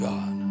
God